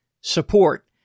support